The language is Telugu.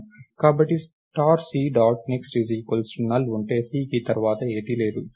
కాబట్టి star C dot next NULL అంటే C కి తర్వాత ఏదీ లేదు